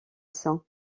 saint